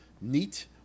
neat